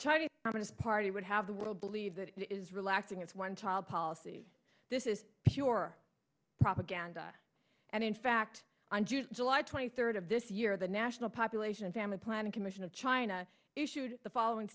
chinese communist party would have the world believe that it is relaxing its one child policy this is pure propaganda and in fact and you july twenty third of this year the national population and family planning commission of china issued the following